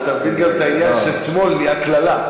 אתה מבין גם את העניין ששמאל נהיה קללה.